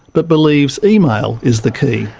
but believes email is the key.